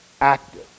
active